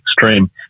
extreme